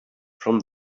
from